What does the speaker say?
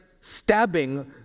stabbing